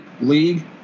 league